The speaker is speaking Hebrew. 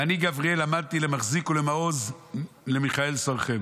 אני גבריאל עמדתי למחזיק ולמעוז למיכאל שרכם".